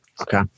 Okay